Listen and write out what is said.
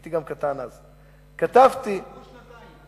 הייתי קטן גם אז, עברו שנתיים.